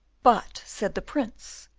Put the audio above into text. but, said the prince,